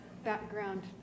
background